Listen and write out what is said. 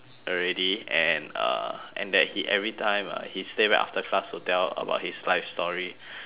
already and uh and that he every time uh he stay back after class to tell about his life story